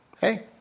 hey